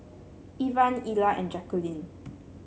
Ivan Ilah and Jaqueline